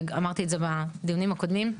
ואמרתי את זה בדיונים הקודמים,